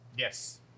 Yes